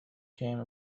came